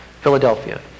Philadelphia